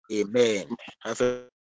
amen